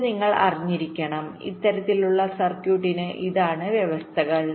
ഇത് നിങ്ങൾ അറിഞ്ഞിരിക്കണം ഇത്തരത്തിലുള്ള സർക്യൂട്ടിന് ഇതാണ് വ്യവസ്ഥകൾ